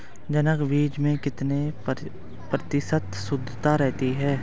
जनक बीज में कितने प्रतिशत शुद्धता रहती है?